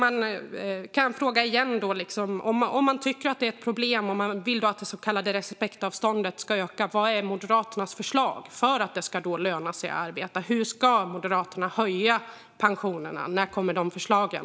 Om man tycker att detta är ett problem och vill att det så kallade respektavståndet ska öka, vad är då Moderaternas förslag för att det ska löna sig att arbeta? Hur ska Moderaterna höja pensionerna, och när kommer de förslagen?